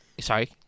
Sorry